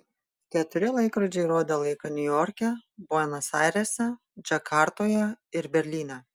keturi laikrodžiai rodė laiką niujorke buenos airėse džakartoje ir berlyne